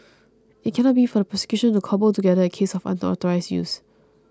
it cannot be for the prosecution to cobble together a case of unauthorised use